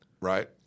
right